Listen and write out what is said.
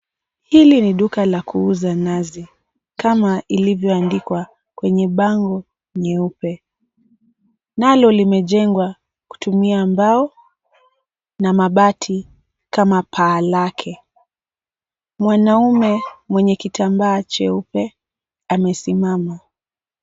Hili ni duka la kuuza nazi kama ilivyoandikwa kwenye bango nyeupe. Nalo limejengwa kutumia mbao na mabati kama paa lake. Mwanaume mwenye kitambaa cheupe amesimama.